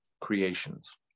creations